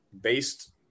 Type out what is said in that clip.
based